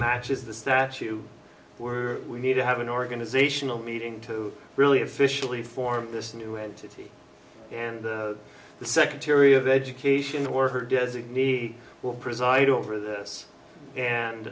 patches the statue were we need to have an organizational meeting to really officially form this new entity and the secretary of education or her designee will preside over this